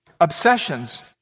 obsessions